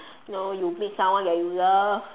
you know you meet someone that you love